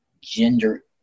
gender